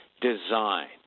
design